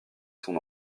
son